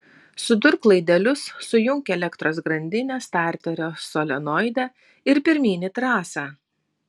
sudurk laidelius sujunk elektros grandinę starterio solenoide ir pirmyn į trasą